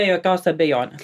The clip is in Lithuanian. be jokios abejonės